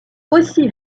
aussi